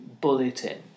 bulletin